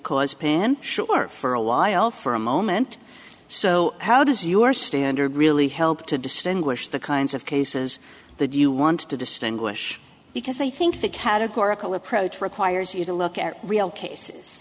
cause pain sure for a while for a moment so how does your standard really help to distinguish the kinds of cases that you want to distinguish because i think the categorical approach requires you to look at real cases